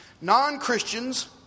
Non-Christians